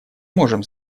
можем